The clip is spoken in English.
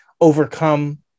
overcome